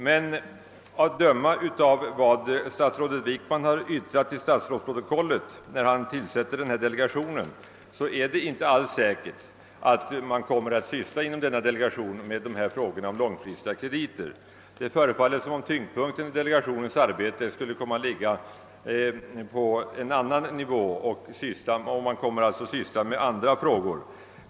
Men att döma av vad statsrådet Wickman yttrade till statsrådsprotokollet när han tillsatte denna delegation är det inte alls säkert att delegationen kommer att ta upp frågan om långsiktiga krediter. Det förefaller som om tyngdpunkten i delegationens arbete skulle komma att ligga på en annan nivå, och man kommer alltså att syssla med andra frågor.